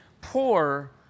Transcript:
poor